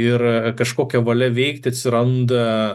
ir kažkokia valia veikti atsiranda